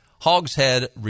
Hogshead